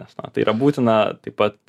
nes na tai yra būtina taip pat